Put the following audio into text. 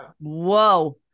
Whoa